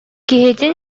киһитин